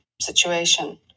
situation